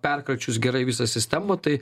perkračius gerai visą sistemą tai